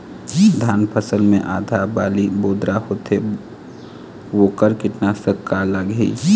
धान फसल मे आधा बाली बोदरा होथे वोकर कीटनाशक का लागिही?